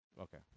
Okay